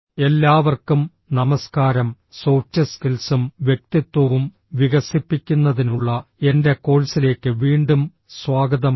developing soft skills and personality എല്ലാവർക്കും നമസ്കാരം soft സ്കിൽസും വ്യക്തിത്വവും വികസിപ്പിക്കുന്നതിനുള്ള എന്റെ കോഴ്സിലേക്ക് വീണ്ടും സ്വാഗതം